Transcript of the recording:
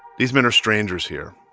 these men are strangers here,